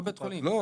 לא.